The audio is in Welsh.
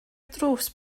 drws